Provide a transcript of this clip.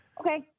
Okay